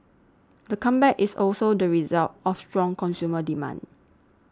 the comeback is also the result of strong consumer demand